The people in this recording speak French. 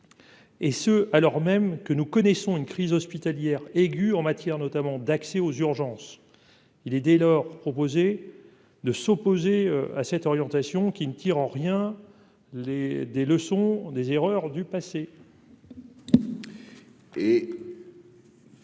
Et ce alors même que nous connaissons une crise hospitalière aiguë en matière notamment d'accès aux urgences, il est dès lors proposé de s'opposer à cette orientation qui ne tirent en rien les des leçons des erreurs du passé.